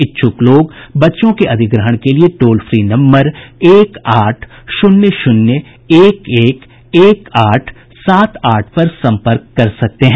इच्छुक लोग बच्चों के अधिग्रहण के लिए टोल फ्री नम्बर एक आठ शून्य शून्य एक एक एक आठ सात आठ पर संपर्क कर सकते हैं